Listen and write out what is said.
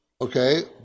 Okay